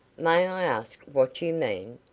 may i ask what you mean?